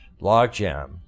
logjam